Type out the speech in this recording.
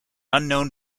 unknown